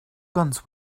guns